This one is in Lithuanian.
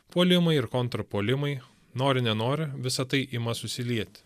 puolimai ir kontrpuolimai nori nenori visa tai ima susilieti